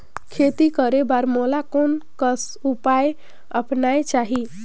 खेती करे बर मोला कोन कस उपाय अपनाये चाही?